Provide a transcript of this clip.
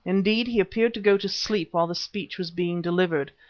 indeed, he appeared to go to sleep while the speech was being delivered,